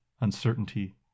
uncertainty